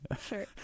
Sure